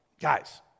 Guys